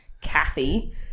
Kathy